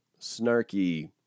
snarky